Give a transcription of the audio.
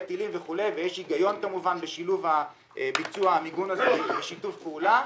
טילים ויש הגיון כמובן בשילוב ביצוע המיגון הזה בשיתוף פעולה.